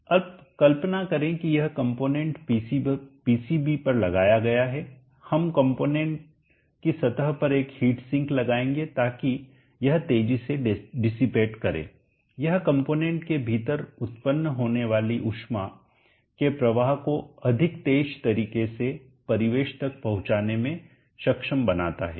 अब कल्पना करें कि यह कंपोनेंट पीसीबी पर लगाया गया है हम कंपोनेंट की सतह पर एक हीट सिंक लगाएंगे ताकि यह तेजी से डिसिपेट करें यह कंपोनेंट के भीतर उत्पन्न होने वाली ऊष्मा के प्रवाह को अधिक तेज तरीके से परिवेश तक पहुँचने में सक्षम बनाता है